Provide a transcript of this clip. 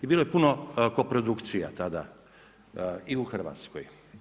I bilo je puno koprodukcija tada i u Hrvatskoj.